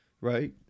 right